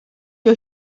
you